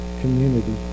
community